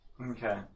Okay